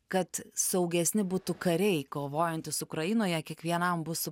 kad saugesni būtų kariai kovojantys ukrainoje kiekvienam bus